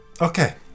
Okay